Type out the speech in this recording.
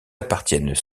appartiennent